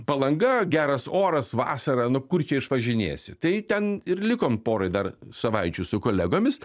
palanga geras oras vasara nu kur čia išvažinėsi tai ten ir likom porai dar savaičių su kolegomis